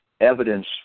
evidence